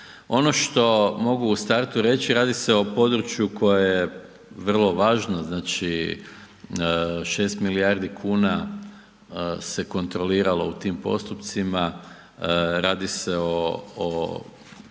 Ono što mogu u startu reći radi se o području koje je vrlo važno, znači 6 milijardi kuna se kontroliralo u tim postupcima, radi se o